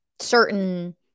certain